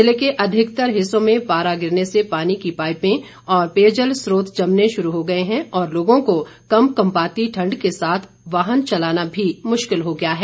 जिले के अधिकतर हिस्सों में पारा गिरने से पानी की पाइपें और पेयजल स्त्रोत जमने शुरू हो गए हैं और लोगों को कंपकंपाती ठंड के साथ वाहन चलाना भी मुश्किल हो गया है